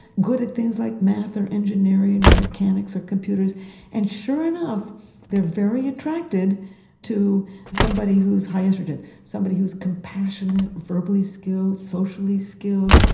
good at things like math or engineering or mechanics or computers and sure enough they are very attracted to somebody who's high oestrogen somebody who is compassionate, verbally skilled, socially skilled,